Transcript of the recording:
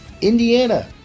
Indiana